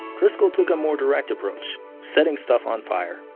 driscoll took a more direct approach setting stuff on fire.